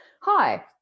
hi